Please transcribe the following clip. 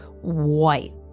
white